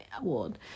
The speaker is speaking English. Award